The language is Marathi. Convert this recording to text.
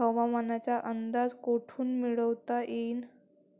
हवामानाचा अंदाज कोठून मिळवता येईन?